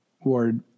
Ward